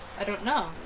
i don't know.